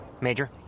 Major